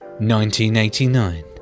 1989